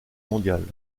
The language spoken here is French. mondiale